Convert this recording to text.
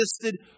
existed